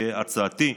הצעתי,